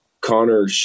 Connor